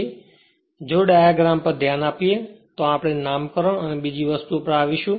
તેથી જો ડાયગ્રામપર ધ્યાન આપીએ તો આપણે નામકરણ અને બીજી વસ્તુ પર આવીશું